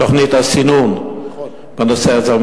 תוכנית הסינון בנושא הזה.